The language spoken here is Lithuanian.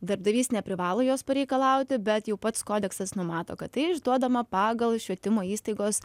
darbdavys neprivalo jos pareikalauti bet jau pats kodeksas numato kad tai išduodama pagal švietimo įstaigos